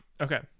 okay